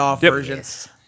versions